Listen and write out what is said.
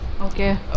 okay